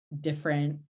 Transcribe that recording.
different